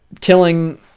killing